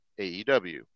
AEW